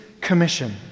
commission